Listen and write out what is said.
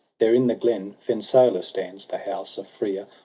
there in the glen fensaler stands, the house of frea,